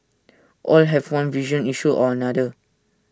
all have one vision issue or another